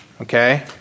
Okay